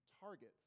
targets